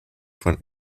von